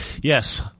Yes